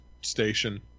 station